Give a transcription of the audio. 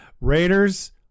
Raiders